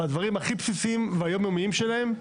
בדברים הכי בסיסיים והיומיומיים שלהם.